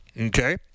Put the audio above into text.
okay